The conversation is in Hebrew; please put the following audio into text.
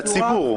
לציבור.